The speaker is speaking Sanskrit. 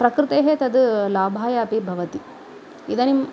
प्रकृतेः तत् लाभाय अपि भवति इदानीं